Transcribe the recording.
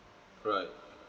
right